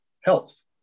health